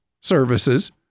services